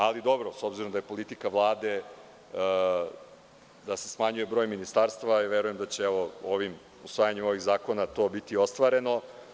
Ali, dobro, s obzirom da je politika Vlade da se smanjuje broj ministarstava, verujem da će usvajanjem ovih zakona to biti ostvareno.